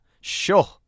Sure